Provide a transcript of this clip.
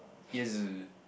yes